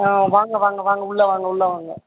ஆ வாங்க வாங்க வாங்க உள்ளே வாங்க உள்ளே வாங்க